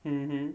mm